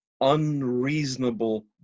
unreasonable